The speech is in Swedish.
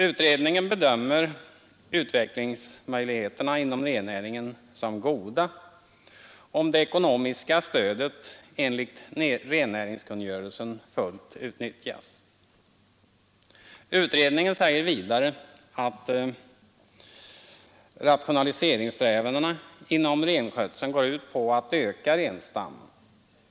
Utredningen bedömer utvecklingsmöjligheterna inom rennäringen som goda om det ekonomiska stödet enligt rennäringskungörelsen fullt utnyttjas. Vidare säger utredningen att rationaliseringssträvandena inom renskötseln går ut på att öka renstammen.